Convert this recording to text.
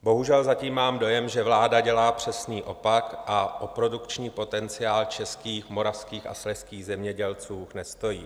Bohužel zatím mám dojem, že vláda dělá přesný opak a o produkční potenciál českých, moravských a slezských zemědělců nestojí.